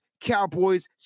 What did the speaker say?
Cowboys